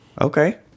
Okay